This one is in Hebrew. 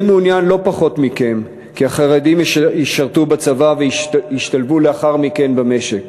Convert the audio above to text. מעוניין לא פחות מכם שהחרדים ישרתו בצבא וישתלבו לאחר מכן במשק